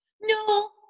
No